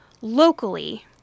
locally